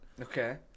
Okay